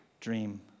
dream